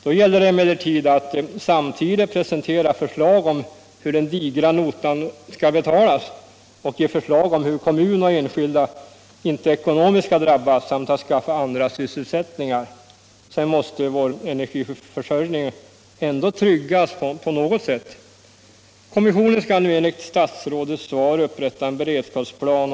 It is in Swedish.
Då gäller det emellertid att samtidigt presentera ett förslag om hur den digra notan skall betalas så att kommuner och enskilda inte drabbas ekonomiskt samt att skaffa andra sysselsättningar i stället. Dessutom måste vår energiförsörjning ändå tryggas på något sätt. Kommissionen skall nu enligt statsrådets svar upprätta en beredskapsplan.